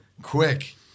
Quick